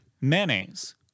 mayonnaise